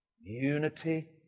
unity